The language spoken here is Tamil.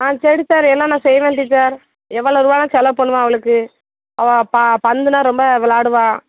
ஆ சரி சரி எல்லாம் நான் செய்கிறேன் டீச்சர் எவ்வளவு ரூபா வேணுனாலும் செலவு பண்ணுவேன் அவளுக்கு அவள் பந்துன்னா ரொம்ப விளாடுவா